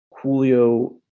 Julio